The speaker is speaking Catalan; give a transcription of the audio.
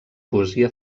poesia